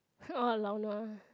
orh lao nua